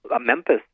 Memphis